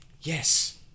Yes